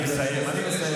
אני מסיים.